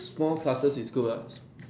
small classes is good what ah